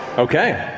okay.